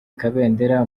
kabendera